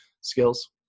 skills